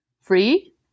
free